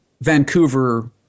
Vancouver